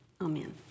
amen